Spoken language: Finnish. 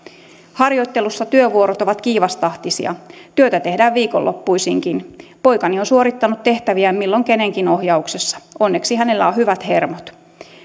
harjoitteluissa työvuorot ovat kiivastahtisia työtä tehdään viikonloppuisinkin poikani on suorittanut tehtäviään milloin kenenkin ohjauksessa onneksi hänellä on hyvät hermot